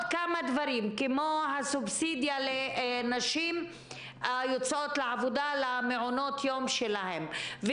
כמה דברים כמו הסובסידיה לנשים שיוצאות לעבודה במעונות היום שלהן,